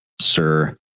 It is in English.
sir